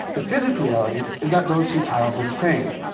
the physical reality is that those two tiles are the same.